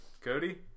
Cody